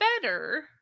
Better